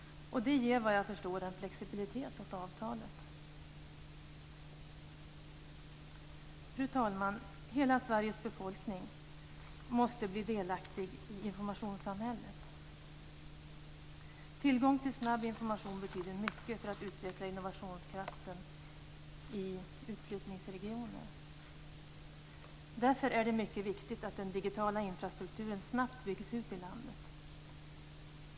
Såvitt jag förstår ger det en flexibilitet åt avtalet. Fru talman! Hela Sveriges befolkning måste bli delaktig i informationssamhället. Tillgång till information snabbt betyder mycket för att utveckla innovationskraften i utflyttningsregioner. Därför är det mycket viktigt att den digitala infrastrukturen snabbt byggs ut i landet.